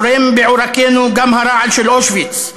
זורם בעורקינו גם הרעל של אושוויץ.